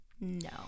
no